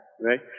right